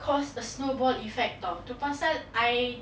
cause a snowball effect to [tau] tu pasal I